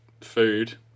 food